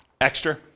Extra